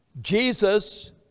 Jesus